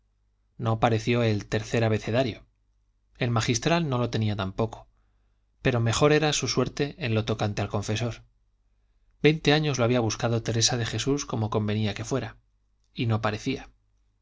no pareció el tercer abecedario el magistral no lo tenía tampoco pero mejor era su suerte en lo tocante al confesor veinte años lo había buscado teresa de jesús como convenía que fuera y no parecía